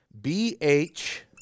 B-H